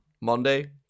Monday